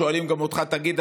שואלים גם אותך: תגיד,